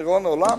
לדיראון עולם?